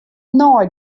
nei